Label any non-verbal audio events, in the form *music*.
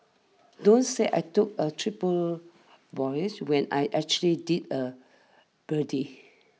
don't say I took a triple *unintelligible* when I actually did a birdie